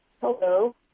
Hello